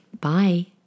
Bye